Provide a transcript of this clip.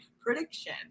prediction